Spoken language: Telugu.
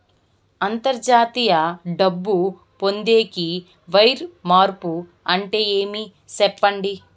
అంతర్జాతీయ డబ్బు పొందేకి, వైర్ మార్పు అంటే ఏమి? సెప్పండి?